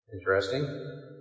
Interesting